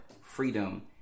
freedom